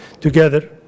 together